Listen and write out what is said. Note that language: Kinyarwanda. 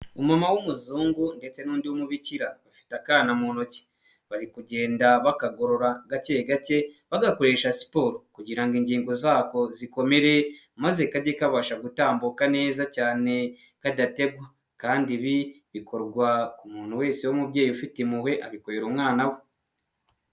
Umumama w'umuzungu ndetse n'undi w'umubikira bafite akana mu ntoki. Bari kugenda bakagorora gake gake bagakoresha siporo kugira ngo ingingo zako zikomere maze kajye kabasha gutambuka neza cyane kadategwa kandi ibi bikorwa ku muntu wese w'umubyeyi ufite impuhwe abikorera umwana we.